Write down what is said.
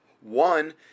One